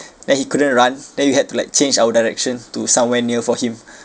then he couldn't run then we had to like change our direction to somewhere near for him